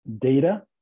data